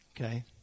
okay